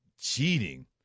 cheating